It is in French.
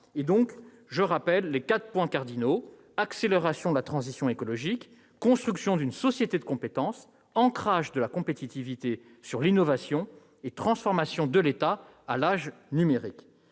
et dont je rappelle les quatre points cardinaux : accélération de la transition écologique, développement d'une société de compétences, ancrage de la compétitivité sur l'innovation et construction de l'État de l'âge numérique.